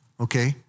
Okay